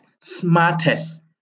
smartest